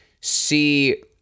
see